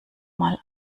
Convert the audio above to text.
mal